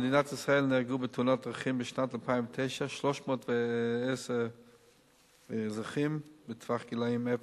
במדינת ישראל נהרגו ב-2009 בתאונות דרכים 310 אזרחים מגיל אפס,